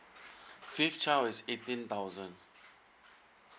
fifth child is eighteen thousand